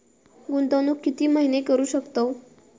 गुंतवणूक किती महिने करू शकतव?